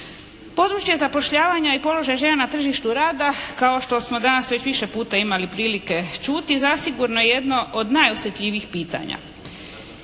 Područje zapošljavanja i položaj žena na tržištu rada kao što smo danas već više puta imali prilike čuti zasigurno je jedno od najosjetljivijih pitanja.